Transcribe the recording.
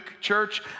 church